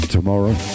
Tomorrow